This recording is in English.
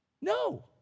No